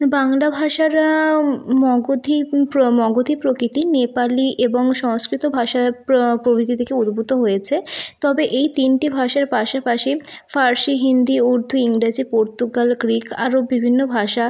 বাংলা ভাষা মগধি মগধি প্রকৃতির নেপালি এবং সংস্কৃত ভাষা প্রভৃতি থেকে উদ্ভূত হয়েছে তবে এই তিনটি ভাষার পাশাপাশি ফারসি হিন্দি উর্দু ইংরাজি পর্তুগাল গ্রিক আরও বিভিন্ন ভাষা